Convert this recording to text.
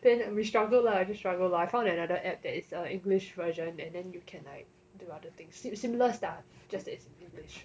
then we struggled lah we struggled lah I found another app that is um english version and then you can like do other things similar stuff just that it's in english